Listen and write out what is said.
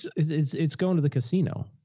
it's, it's, it's going to the casino.